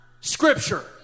scripture